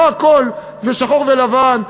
לא הכול זה שחור ולבן.